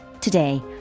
Today